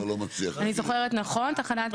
אני זוכרת נכון, תחנת משטרה?